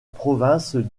province